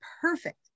perfect